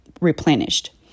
replenished